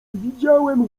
widziałem